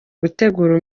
gutegura